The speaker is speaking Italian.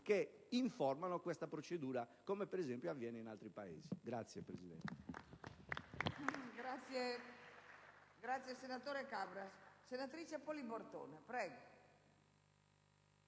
che informino questa procedura, come per esempio avviene in altri Paesi. *(Applausi